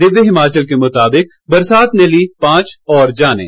दिव्य हिमाचल के मुताबिक बरसात ने ली पांच और जानें